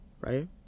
right